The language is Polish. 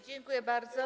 Dziękuję bardzo.